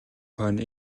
хойно